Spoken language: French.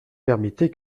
permettez